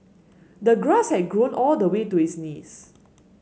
the grass had grown all the way to his knees